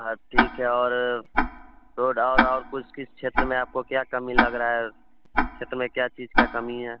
हाँ ठीक है और रोड और और कुछ किस क्षेत्र में आपको क्या कमी लग रही है क्षेत्र में क्या चीज़ की कमी है